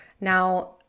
Now